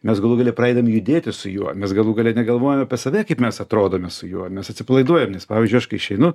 mes galų gale pradedam judėti su juo mes galų gale negalvojame apie save kaip mes atrodome su juo mes atsipalaiduojam nes pavyzdžiui aš kai išeinu